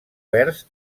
vers